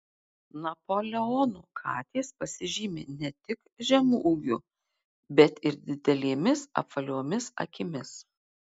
napoleono katės pasižymi ne tik žemu ūgiu bet ir didelėmis apvaliomis akimis